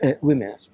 women